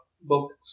books